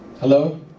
hello